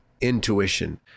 intuition